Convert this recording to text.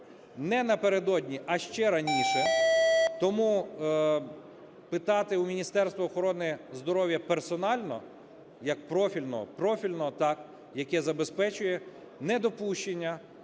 не напередодні, а ще раніше, тому питати у Міністерства охорони здоров'я персонально як профільного, профільного, так, яке забезпечує недопущення